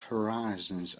horizons